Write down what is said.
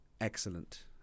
excellent